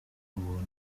ubuntu